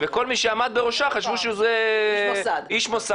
כל מי שעמד בראשה חשבו שזה איש מוסד.